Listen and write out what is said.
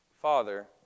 Father